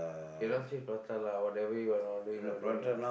cannot change prata lah whatever you wanna order you order lah